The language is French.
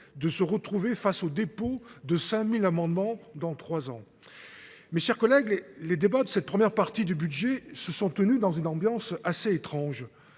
de se retrouver face aux dépôts de 5 000 amendements dans trois ans. Mes chers collègues, les débats de cette première partie du budget se sont tenus dans une ambiance assez étrange